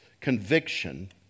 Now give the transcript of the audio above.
conviction